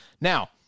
Now